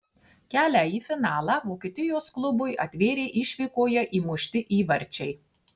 kelią į finalą vokietijos klubui atvėrė išvykoje įmušti įvarčiai